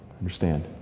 Understand